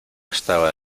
estaba